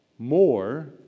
more